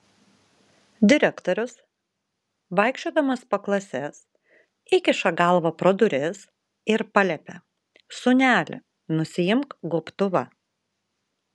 direktorius vaikščiodamas po klases įkiša galvą pro duris ir paliepia sūneli nusiimk gobtuvą